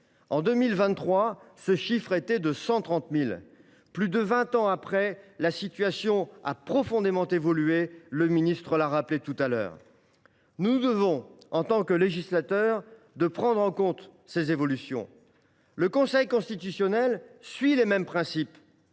décidées pour l’année 2023. Plus de vingt ans après, la situation a profondément changé, le ministre l’a rappelé tout à l’heure. Nous nous devons, en tant que législateurs, de prendre en compte ces évolutions. Le Conseil constitutionnel suit les mêmes principes.